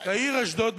בעיר אשדוד,